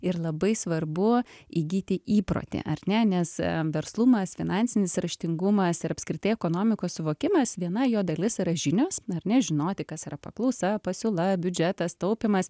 ir labai svarbu įgyti įprotį ar ne nes verslumas finansinis raštingumas ir apskritai ekonomikos suvokimas viena jo dalis yra žinios ar ne žinoti kas yra paklausa pasiūla biudžetas taupymas